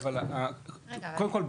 אבל קודם כל,